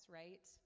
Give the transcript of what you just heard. right